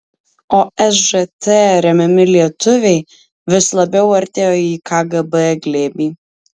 o sžt remiami lietuviai vis labiau artėjo į kgb glėbį